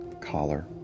collar